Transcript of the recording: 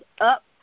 up